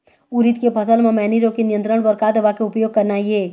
उरीद के फसल म मैनी रोग के नियंत्रण बर का दवा के उपयोग करना ये?